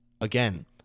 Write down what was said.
Again